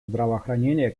здравоохранения